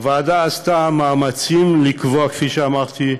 הוועדה עשתה מאמצים, כפי שאמרתי,